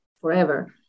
forever